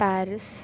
Paris